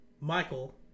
Michael